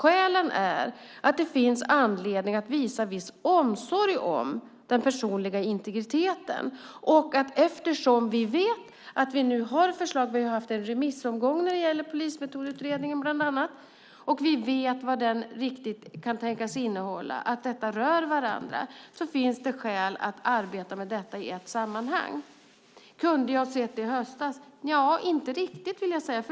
Skälen är att det finns anledning att visa viss omsorg om den personliga integriteten. Vi har haft en remissomgång när det gäller Polismetodutredningen. Vi vet vad den kan tänkas innehålla. Det finns skäl att arbeta med detta i ett sammanhang. Det kunde jag ha sett i höstas, sade Thomas Bodström. Nej, inte riktigt.